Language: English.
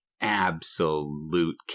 absolute